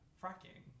fracking